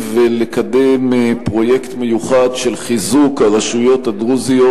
ולקדם פרויקט מיוחד של חיזוק הרשויות הדרוזיות